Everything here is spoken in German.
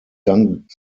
dank